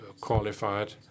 qualified